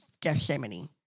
Gethsemane